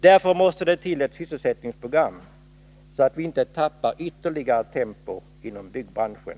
Därför måste det till ett sysselsättningsprogram, så att vi inte tappar ytterligare tempo inom byggbranschen.